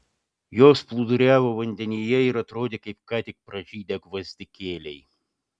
jos plūduriavo vandenyje ir atrodė kaip ką tik pražydę gvazdikėliai